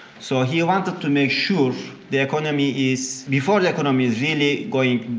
so he wanted to make sure the economy is, before the economy is really going